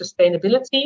sustainability